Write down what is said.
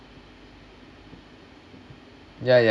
ya ya